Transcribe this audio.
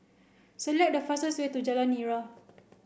select the fastest way to Jalan Nira